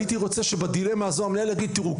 הייתי רוצה שבדילמה הזו המנהל יגיד תראו,